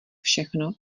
všechno